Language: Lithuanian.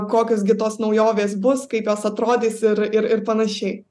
kokios gi tos naujovės bus kaip jos atrodys ir ir ir panašiai